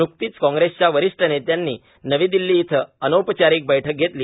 न्कतीच कॉग्रेसच्या वरीष्ठ नेत्यांनी नवी दिल्ली इथं अनौपचारिक बैठक घेतली